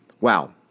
Wow